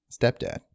stepdad